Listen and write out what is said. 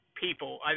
people